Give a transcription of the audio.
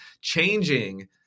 changing